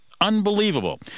Unbelievable